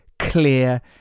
Clear